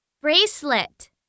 bracelet